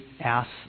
ask